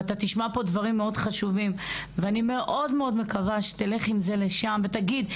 ואתה תשמע פה דברים מאוד חשובים ואני מאוד מקווה שתלך עם זה לשם ותגיד,